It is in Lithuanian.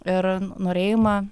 ir norėjimą